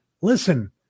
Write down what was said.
Listen